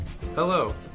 Hello